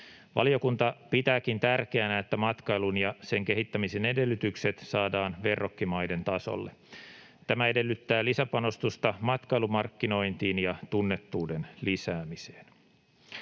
Valiokunta pitääkin tärkeänä, että matkailun ja sen kehittämisen edellytykset saadaan verrokkimaiden tasolle. Tämä edellyttää lisäpanostusta matkailumarkkinointiin ja tunnettuuden lisäämiseen.